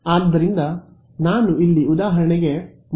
ಆದ್ದರಿಂದ ನಾನು ಇಲ್ಲಿ ಉದಾಹರಣೆಗೆ ಮಾಡಿದರೆ ಡಿ